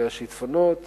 והשיטפונות